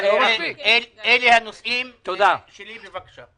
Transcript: אלה הנושאים שלי, בבקשה.